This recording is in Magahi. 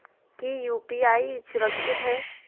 की यू.पी.आई सुरक्षित है?